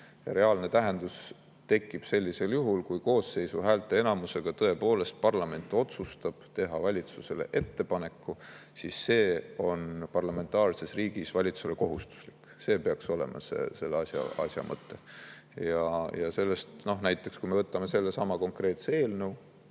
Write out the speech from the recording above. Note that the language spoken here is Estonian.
Reaalne tähendus tekib sellisel juhul, kui parlament koosseisu häälteenamusega tõepoolest otsustab teha valitsusele ettepaneku – siis see on parlamentaarses riigis valitsusele kohustuslik. See peaks olema selle asja mõte. Võtame näiteks sellesama konkreetse eelnõu.